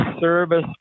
service